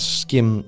skim